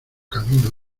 camino